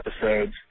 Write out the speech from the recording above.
episodes